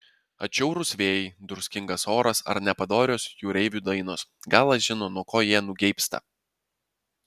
atšiaurūs vėjai druskingas oras ar nepadorios jūreivių dainos galas žino nuo ko jie nugeibsta